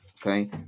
okay